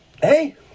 Hey